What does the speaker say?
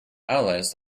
allies